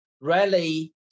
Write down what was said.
rally